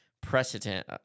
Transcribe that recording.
precedent